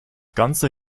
ganze